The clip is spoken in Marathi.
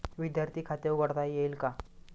विद्यार्थी खाते उघडता येईल का?